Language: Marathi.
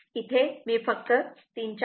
इथे मी फक्त हे 3